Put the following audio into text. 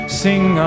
sing